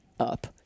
up